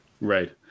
Right